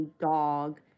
dog